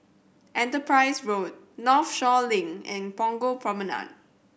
Enterprise Road Northshore Link and Punggol Promenade